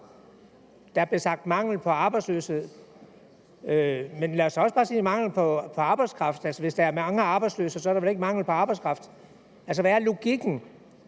Der blev sagt mangel på arbejdsløshed. Men lad os da også bare sige mangel på arbejdskraft. Altså, hvis der er mange arbejdsløse, er der vel ikke mangel på arbejdskraft. Hvad er logikken